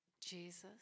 Jesus